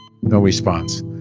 no response.